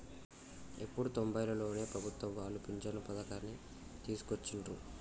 ఎప్పుడో తొంబైలలోనే ప్రభుత్వం వాళ్ళు పించను పథకాన్ని తీసుకొచ్చిండ్రు